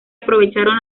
aprovecharon